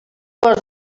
les